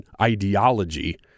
ideology